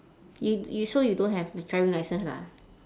you you so you don't have driving licence lah